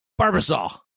Barbasol